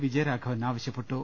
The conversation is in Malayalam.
വിജയരാഘവൻ ആവ ശൃപ്പെട്ടു